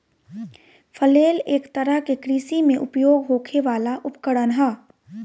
flail एक तरह के कृषि में उपयोग होखे वाला उपकरण ह